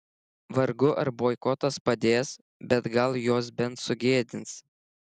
vargu ar boikotas padės bet gal juos bent sugėdins